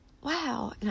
Wow